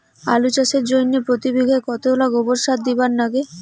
আলু চাষের জইন্যে প্রতি বিঘায় কতোলা গোবর সার দিবার লাগে?